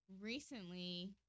Recently